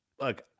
look